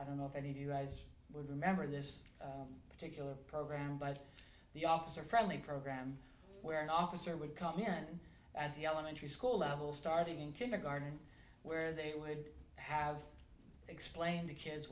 i don't know if any of you guys would remember this particular program by the officer friendly program where an officer would come here and at the elementary school level starting in kindergarten where they would have explained to kids